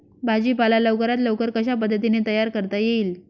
भाजी पाला लवकरात लवकर कशा पद्धतीने तयार करता येईल?